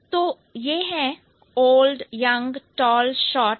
तो यह है old old young young tall short short